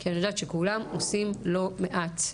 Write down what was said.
כי אני יודעת שכולם עושים לא מעט.